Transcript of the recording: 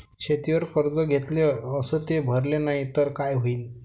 शेतीवर कर्ज घेतले अस ते भरले नाही तर काय होईन?